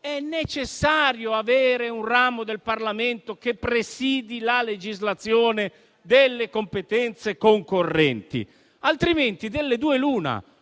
è necessario avere un ramo del Parlamento che presidi la legislazione delle competenze concorrenti. Altrimenti delle due l'una.